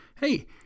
Hey